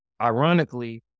ironically